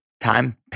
time